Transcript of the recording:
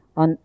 on